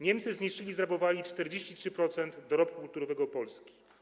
Niemcy zniszczyli i zrabowali 43% dorobku kulturowego Polski.